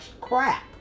crap